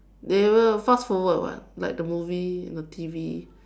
they will fast forward [what] like the movie in the T_V